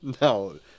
No